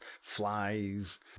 flies